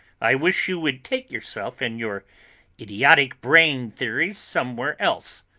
i wish you would take yourself and your idiotic brain theories somewhere else.